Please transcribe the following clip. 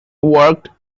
worked